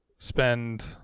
spend